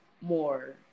more